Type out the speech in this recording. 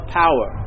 power